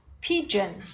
Pigeon